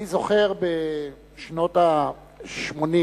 רק שאני זוכר בשנות ה-80,